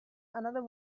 another